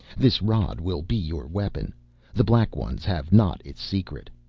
this rod will be your weapon the black ones have not its secret.